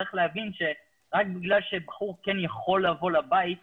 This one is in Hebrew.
צריך להבין שרק בגלל שבחור כן יכול לבוא לבית שלו,